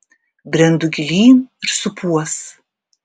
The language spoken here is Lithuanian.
brendu gilyn ir supuos